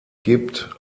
gibt